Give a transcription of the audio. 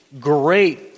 great